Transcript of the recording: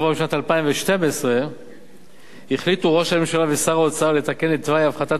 בשנת 2012 החליטו ראש הממשלה ושר האוצר לתקן את תוואי הפחתת